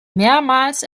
mehrmals